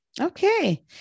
Okay